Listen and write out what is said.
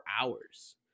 hours